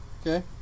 okay